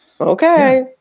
Okay